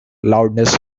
loudness